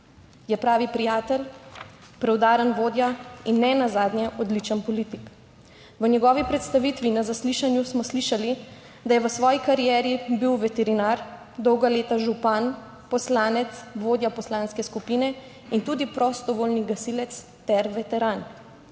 Je pravi prijatelj, preudaren vodja in nenazadnje odličen politik. V njegovi predstavitvi na zaslišanju smo slišali, da je v svoji karieri bil veterinar, dolga leta župan, poslanec, vodja poslanske skupine in tudi prostovoljni gasilec ter veteran,